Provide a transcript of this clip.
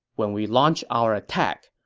when we launch our attack,